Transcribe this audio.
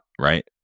right